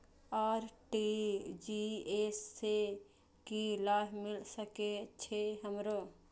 RTGS से की लाभ मिल सके छे हमरो?